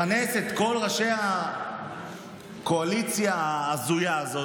לכנס את כל ראשי הקואליציה ההזויה הזאת,